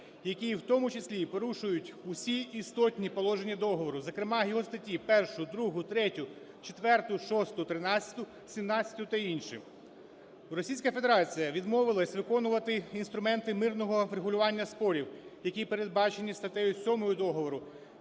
які в тому числі порушують усі істотні положення договору, зокрема його статті: 1, 2, 3, 4, 6, 13, 17 та інші. Російська Федерація відмовилася виконувати інструменти мирного врегулювання спорів, які передбачені статтею 7 договору